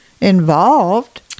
involved